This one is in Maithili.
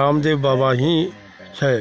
रामदेव बाबा ही छै